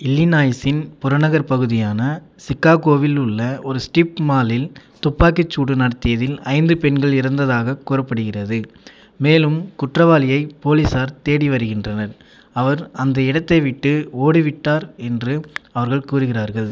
இல்லினாய்ஸின் புறநகர் பகுதியான சிகாகோவில் உள்ள ஒரு ஸ்ட்ரிப் மாலில் துப்பாக்கிச் சூடு நடத்தியதில் ஐந்து பெண்கள் இறந்ததாகக் கூறப்படுகிறது மேலும் குற்றவாளியை போலீசார் தேடி வருகின்றனர் அவர் அந்த இடத்தை விட்டு ஓடிவிட்டார் என்று அவர்கள் கூறுகிறார்கள்